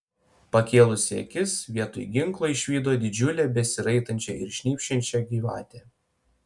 pakėlusi akis vietoj ginklo išvydo didžiulę besiraitančią ir šnypščiančią gyvatę